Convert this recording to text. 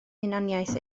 hunaniaeth